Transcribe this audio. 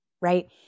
right